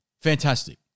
fantastic